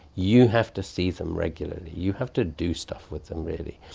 you have to see them regularly, you have to do stuff with them, really.